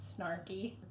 snarky